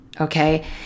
Okay